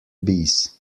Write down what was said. bees